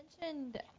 mentioned